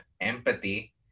empathy